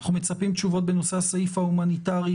מצפים לתשובות בנושא הסעיף ההומניטרי,